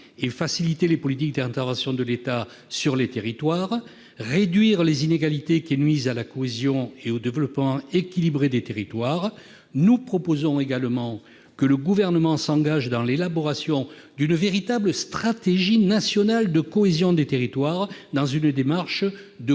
et faciliter les politiques d'intervention de l'État sur les territoires et réduire les inégalités qui nuisent à la cohésion et au développement équilibré des territoires. Nous proposons également que le Gouvernement s'engage dans l'élaboration d'une véritable stratégie nationale de cohésion des territoires, dans une démarche de coproduction